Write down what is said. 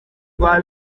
rwa